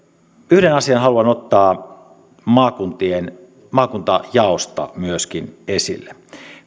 yhden asian haluan ottaa maakuntajaosta myöskin esille